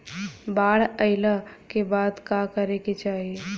बाढ़ आइला के बाद का करे के चाही?